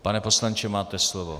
Pane poslanče, máte slovo.